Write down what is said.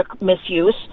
misuse